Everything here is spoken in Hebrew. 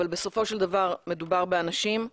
אבל בסופו של דבר מדובר באנשים.